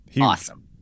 awesome